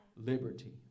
liberty